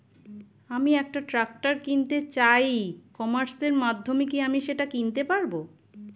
আমি একটা ট্রাক্টর কিনতে চাই ই কমার্সের মাধ্যমে কি আমি সেটা কিনতে পারব?